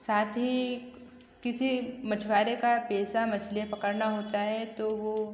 साथ ही किसी मछुआरे का पेशा मछलियाँ पकड़ना होता है तो वो